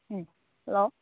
ꯎꯝ hello